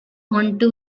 onto